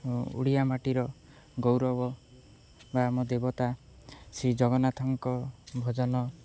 ଓଡ଼ିଆ ମାଟିର ଗୌରବ ବା ଆମ ଦେବତା ଶ୍ରୀ ଜଗନ୍ନାଥଙ୍କ ଭଜନ